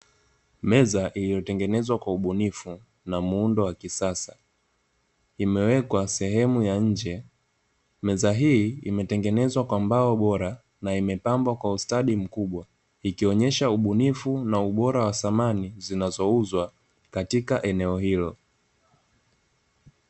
Meza iliyotengenzwa kwa ubunifu na muundo wa kisasa, imewekwa sehemu ya nje, meza hii imetengenezwa kwa mbao bora na imepambwa kwa ustadi mkubwa ikionyesha ubunifu na ubora wa samani zinazouzwa katika eneo hilo.